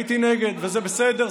הייתי נגד, וזה בסדר.